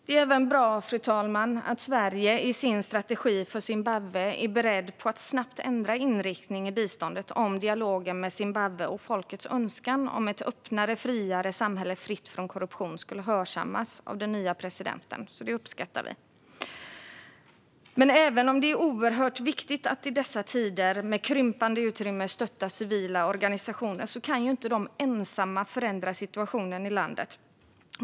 Det är även bra, fru talman, att Sverige i sin strategi för Zimbabwe är beredd på att snabbt ändra inriktning i biståndet om dialogen med Zimbabwe och folkets önskan om ett öppnare, friare samhälle fritt från korruption skulle hörsammas av den nya presidenten. Det uppskattar vi. Även om det är oerhört viktigt att i dessa tider med krympande utrymme stötta civila organisationer kan inte de ensamma förändra situationen i landet.